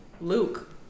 Luke